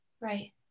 right